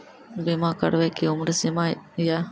बीमा करबे के कि उम्र सीमा या?